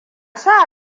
sa